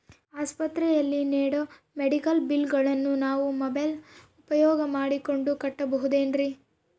ಆಸ್ಪತ್ರೆಯಲ್ಲಿ ನೇಡೋ ಮೆಡಿಕಲ್ ಬಿಲ್ಲುಗಳನ್ನು ನಾವು ಮೋಬ್ಯೆಲ್ ಉಪಯೋಗ ಮಾಡಿಕೊಂಡು ಕಟ್ಟಬಹುದೇನ್ರಿ?